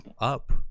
up